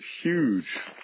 huge